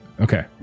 Okay